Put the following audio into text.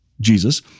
Jesus